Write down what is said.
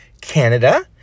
Canada